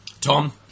Tom